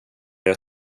jag